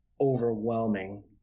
overwhelming